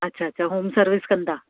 अछा अछा home service कंदा